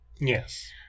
Yes